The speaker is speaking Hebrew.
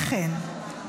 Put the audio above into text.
אכן,